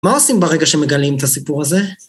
מה עושים ברגע שמגלים את הסיפור הזה?